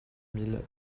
mille